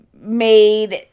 made